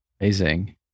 Amazing